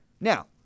Now